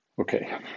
okay